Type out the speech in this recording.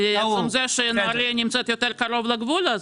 מעצם זה שנהריה נמצאת יותר קרוב לגבול,